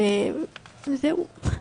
וזהו.